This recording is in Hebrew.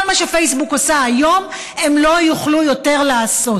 כל מה שפייסבוק עושה היום הם לא יוכלו יותר לעשות,